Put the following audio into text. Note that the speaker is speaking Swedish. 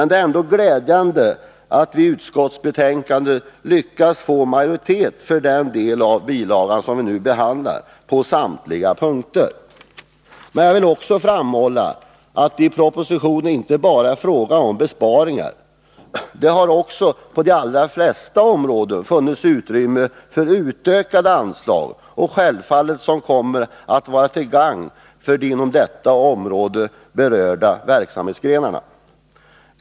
Det är ändå glädjande att vi i utskottsbetänkandet har lyckats att få majoritet på samtliga punkter för den budgetbilaga som vi nu behandlar. Men jag vill också framhålla att det i propositionen inte bara är fråga om besparingar. Det har också på de allra flesta områden funnits utrymme för utökade anslag, som självfallet kommer att vara till gagn för de inom detta område berörda verksamhetsgrenarna.